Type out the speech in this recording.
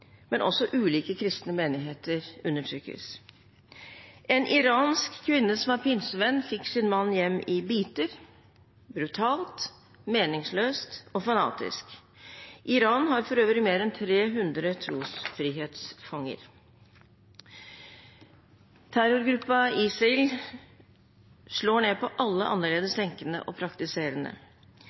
men også ulike kristne menigheter undertrykkes. En iransk kvinne som er pinsevenn, fikk sin mann hjem i biter – brutalt, meningsløst og fanatisk. Iran har for øvrig mer enn 300 trosfrihetsfanger. Terrorgruppen ISIL slår ned på alle annerledestenkende og